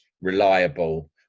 reliable